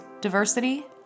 diversity